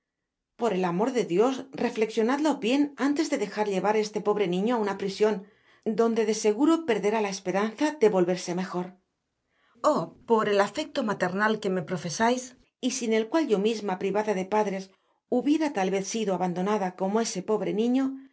por el amor de dios refleccionadlo bien anles de dejar llevar este pobre niño á una prision donde de seguro perderá la esperanza de volverse mejor oh por el afecto maternal que me profesais y sin el cual yo misma privada de padres hubiera tal vez sido abandonada como ese pobre niño